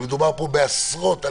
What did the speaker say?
במרץ,